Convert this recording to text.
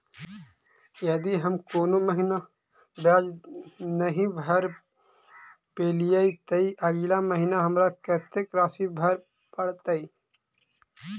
यदि हम कोनो महीना ब्याज नहि भर पेलीअइ, तऽ अगिला महीना हमरा कत्तेक राशि भर पड़तय?